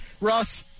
Russ